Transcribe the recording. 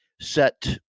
set